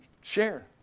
share